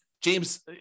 James